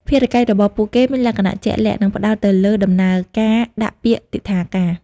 ភារកិច្ចរបស់ពួកគេមានលក្ខណៈជាក់លាក់ និងផ្តោតទៅលើដំណើរការដាក់ពាក្យទិដ្ឋាការ។